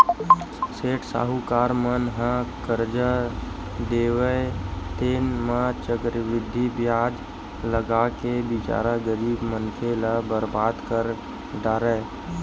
सेठ साहूकार मन ह करजा देवय तेन म चक्रबृद्धि बियाज लगाके बिचारा गरीब मनखे ल बरबाद कर डारय